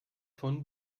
von